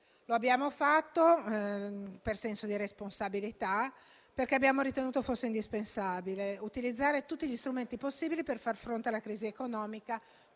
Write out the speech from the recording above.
Lo abbiamo fatto per senso di responsabilità e perché abbiamo ritenuto indispensabile utilizzare tutti gli strumenti possibili per far fronte alla crisi economica